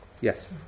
Yes